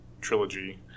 trilogy